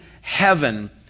heaven